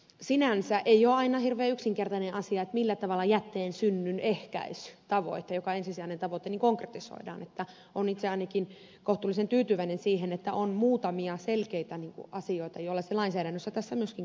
sinänsä ei ole aina hirveän yksinkertainen asia millä tavalla jätteen synnyn ehkäisytavoite joka on ensisijainen tavoite konkretisoidaan ja olen ainakin itse kohtuullisen tyytyväinen siihen että on muutamia selkeitä asioita joilla se lainsäädännössä konkretisoidaan